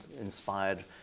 inspired